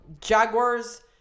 Jaguars